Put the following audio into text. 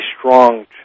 strong